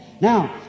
Now